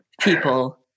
people